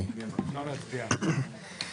אתה רוצה לטעון?